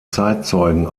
zeitzeugen